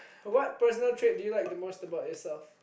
what personal trait do you like the most about yourself